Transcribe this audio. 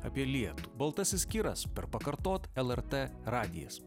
apie lietų baltasis kiras per pakartot lrt radijas